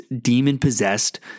demon-possessed